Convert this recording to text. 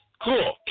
cool